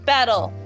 Battle